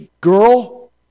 girl